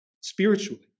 Spiritually